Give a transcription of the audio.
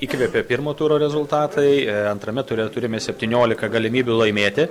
įkvepė pirmo turo rezultatai antrame ture turime septyniolika galimybių laimėti